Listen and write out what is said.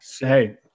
Hey